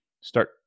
start